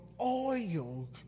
oil